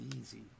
easy